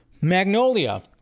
Magnolia